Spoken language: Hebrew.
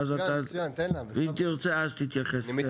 אם תרצה אז תתייחס.